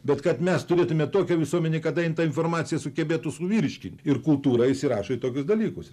bet kad mes turėtume tokią visuomenę kada ji informaciją sugebėtų suvirškint ir kultūra įsirašo į tokius dalykus